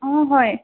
অঁ হয়